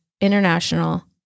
international